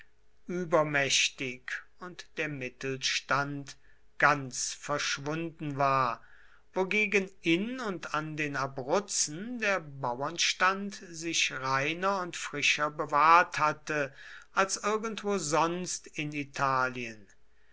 übermächtig und der mittelstand gänzlich verschwunden war wogegen in und an den abruzzen der bauernstand sich reiner und frischer bewahrt hatte als irgendwo sonst in italien